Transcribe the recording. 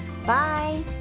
Bye